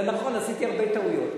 זה נכון, עשיתי הרבה טעויות.